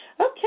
Okay